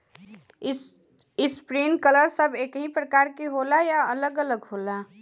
Sprinkler सब एकही प्रकार के होला या अलग अलग होला?